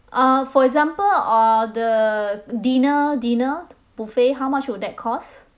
uh for example err the dinner dinner buffet how much would that cost